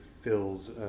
fills